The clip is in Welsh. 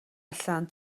allan